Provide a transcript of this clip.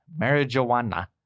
marijuana